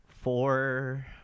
four